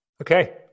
Okay